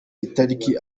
itariki